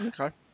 okay